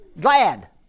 Glad